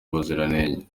ubuziranenge